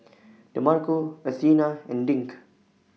Demarco Athena and Dink